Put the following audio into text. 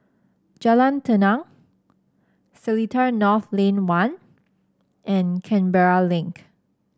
Jalan Tenang Seletar North Lane One and Canberra Link